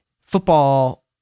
football